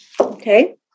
Okay